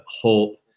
hope